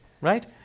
Right